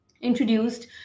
introduced